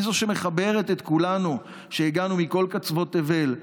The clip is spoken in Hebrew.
היא זו שמחברת את כולנו, שהגענו מכל קצוות תבל,